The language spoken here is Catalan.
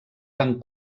van